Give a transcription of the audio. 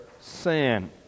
sin